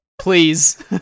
Please